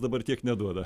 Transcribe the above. dabar tiek neduoda